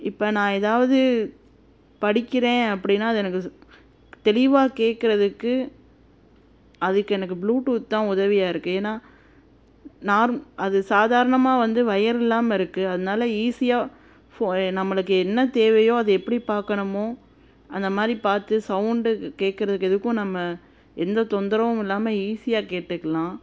இப்போ நான் ஏதாவது படிக்கிறேன் அப்படின்னா அது எனக்கு தெளிவாக கேக்கிறதுக்கு அதுக்கு எனக்கு ப்ளூடூத் தான் உதவியாக இருக்குது ஏன்னா அது சாதாரணமாக வந்து ஒயர் இல்லாமல் இருக்குது அதனால ஈஸியாக நம்மளுக்கு என்ன தேவையோ அதை எப்படி பார்க்கணுமோ அந்தமாதிரி பார்த்து சவுண்டு கேக்கிறதுக்கு எதுக்கும் நம்ம எந்த தொந்தரவும் இல்லாமல் ஈஸியாக கேட்டுக்கலாம்